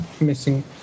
missing